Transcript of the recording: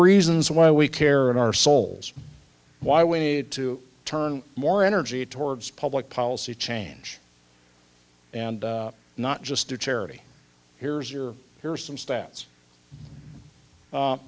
reasons why we care in our souls why we need to turn more energy towards public policy change and not just to charity here's your here's some stats